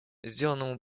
сделанному